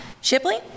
shipley